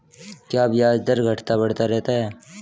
क्या ब्याज दर घटता बढ़ता रहता है?